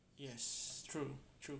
yes true true